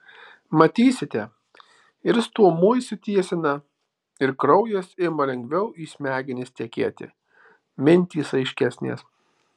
matysite ir stuomuo išsitiesina ir kraujas ima lengviau į smegenis tekėti mintys aiškesnės